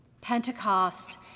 Pentecost